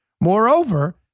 Moreover